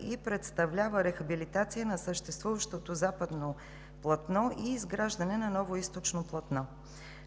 и представлява рехабилитация на съществуващото западно платно и изграждане на ново източно платно.